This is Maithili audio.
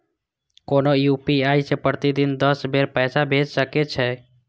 कोनो यू.पी.आई सं प्रतिदिन दस बेर पैसा भेज सकै छी